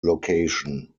location